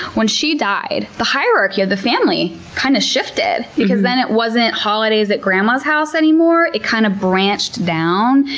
when she died, the hierarchy of the family kind of shifted because then it wasn't holidays at grandma's house anymore. it kind of branched down,